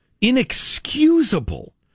inexcusable